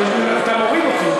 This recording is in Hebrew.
אתה מוריד אותי.